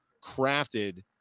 crafted